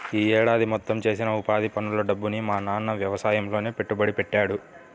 యీ ఏడాది మొత్తం చేసిన ఉపాధి పనుల డబ్బుని మా నాన్న యవసాయంలోనే పెట్టుబడి పెట్టాడు